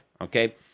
Okay